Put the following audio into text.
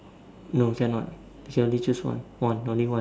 no cannot can only choose one one only one